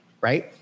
right